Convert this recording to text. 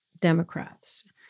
Democrats